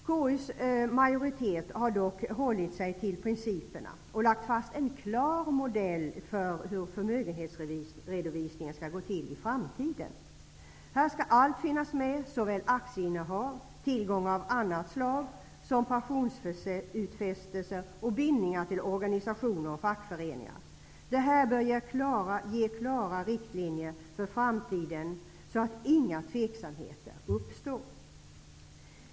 KU:s majoritet har dock hållit sig till principerna och lagt fast en klar modell för hur förmögenhetsredovisningen skall gå till i framtiden. Där skall allt finnas med, såväl aktieinnehav och tillgångar av annat slag som pensionsutfästelser och bindningar till organisationer och fackföreningar. Detta bör ge klara riktlinjer för framtiden så att inga tveksamheter uppstår.